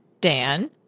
Dan